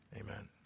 Amen